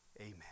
amen